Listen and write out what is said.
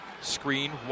Screen